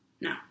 No